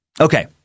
Okay